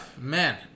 man